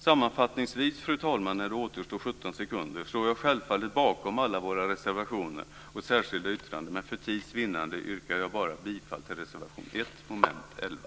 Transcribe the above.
Sammanfattningsvis, fru talman, står jag självfallet bakom alla våra reservationer och särskilda yttranden, men för tids vinnande yrkar jag bifall bara till reservation 1 under mom. 11.